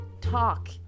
talk